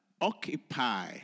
Occupy